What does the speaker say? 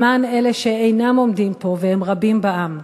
למען אלה שאינם עומדים פה, והם רבים בעם.